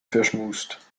verschmust